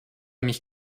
mich